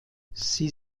sie